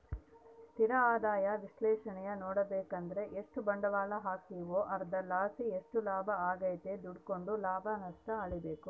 ಸ್ಥಿರ ಆದಾಯ ವಿಶ್ಲೇಷಣೇನಾ ನೋಡುಬಕಂದ್ರ ಎಷ್ಟು ಬಂಡ್ವಾಳ ಹಾಕೀವೋ ಅದರ್ಲಾಸಿ ಎಷ್ಟು ಲಾಭ ಆಗೆತೆ ನೋಡ್ಕೆಂಡು ಲಾಭ ನಷ್ಟ ಅಳಿಬಕು